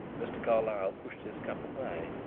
mr. carlyle pushed his cup away,